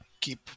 keep